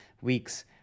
weeks